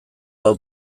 hau